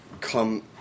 come